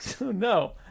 no